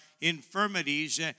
infirmities